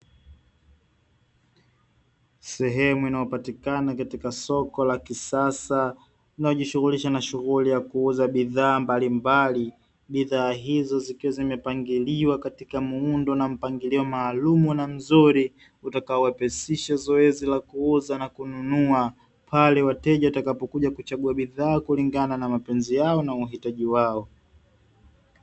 Sehemu inayopatikana katika soko la kisasa linalojishughulisha na shughuli ya kuuza bidhaa mbalimbali. Bidhaa hizo zikiwa zimepangiliwa katika muundo na mpangilio maalumu na mzuri, utakaowepesisha zoezi la kuuza na kununua, pale wateja watakapokuja kuchagua bidhaa kulingana na mapenzi yao na uhitaji wao.